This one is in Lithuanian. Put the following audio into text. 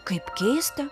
kaip keista